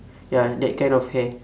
ya that kind of hair